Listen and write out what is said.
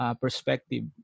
perspective